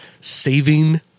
Saving